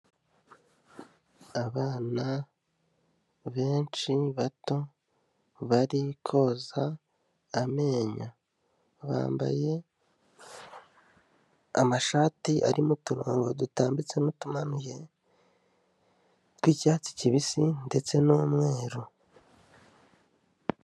Abana benshi bato bari koza amenyo, bambaye amashati arimo uturongo dutambitse n'utumanuye tw'icyatsi kibisi ndetse n'umweru.